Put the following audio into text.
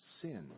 sin